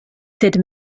sed